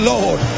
Lord